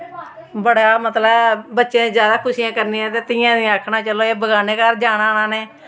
बड़ा मतलब ऐ बच्चें दियां जैदा खुशियां करनियां ते धियें गी आखना चलो इ'नें बगान्ने घर जाना इ'नें